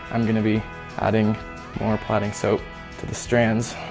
i'm going to be adding more plaiting soap to the strands.